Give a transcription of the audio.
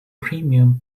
premium